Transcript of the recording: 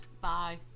Bye